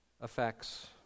affects